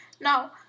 now